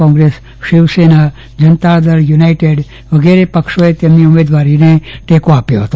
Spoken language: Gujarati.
કોંગ્રેસ શિવસેના જનતાદળ યુનાઇટેડ વગેરે પક્ષેએ તેમની ઉમેદવારીને ટેકો આપ્યો હતો